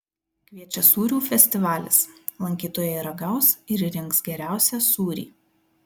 kviečia sūrių festivalis lankytojai ragaus ir rinks geriausią sūrį